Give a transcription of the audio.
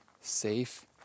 safe